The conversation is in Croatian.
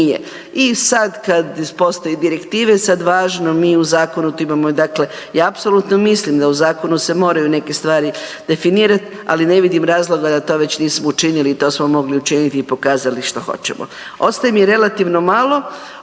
I sad kad postoje direktive sad važno mi u zakonu to imamo. Dakle, ja apsolutno mislim da u zakonu se moraju neke stvari definirati ali ne vidim razloga da to već nismo učinili i to smo mogli učiniti i pokazati šta hoćemo. Ostaje mi relativno malo,